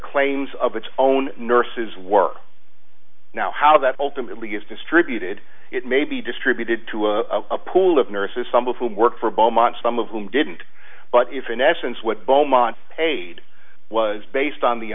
claims of its own nurses work now how that ultimately gets distributed it may be distributed to a pool of nurses some of whom worked for beaumont some of whom didn't but if in essence what bomani paid was based on the